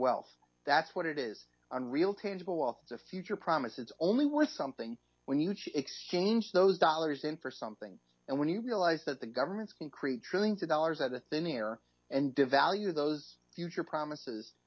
wealth that's what it is on real tangible wealth the future promise is only worth something when you choose exchange those dollars in for something and when you realize that the government's concrete trillions of dollars at the thin air and devalue those future promises